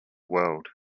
world